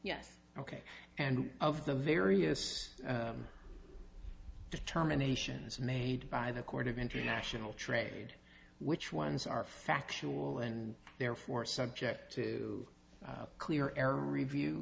yes ok and of the various determinations made by the court of international trade which ones are factual and therefore subject to clear air review